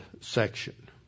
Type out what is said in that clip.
section